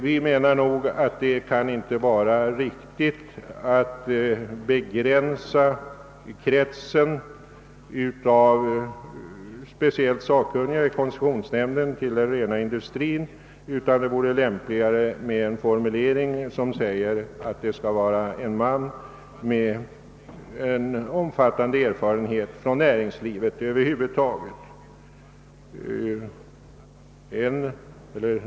Vi menar att det inte kan vara riktigt att begränsa kretsen av speciellt sakkunniga i koncessionsnämnden på detta sätt och anser att det vore lämpligare med en formulering om att vederbörande skall ha omfattande erfarenhet från näringslivet över huvud taget.